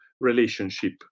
relationship